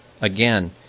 Again